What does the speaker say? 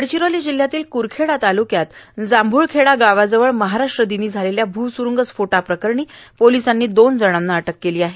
गडचिरोली जिल्ह्यातील क्रखेडा तालुक्यातील जांभूळखेडा गावाजवळ महाराष्ट्रदिनी झालेल्या भूसुरुंगस्फोटप्रकरणी पोलिसांनी दोन जणांना अटक केली आहे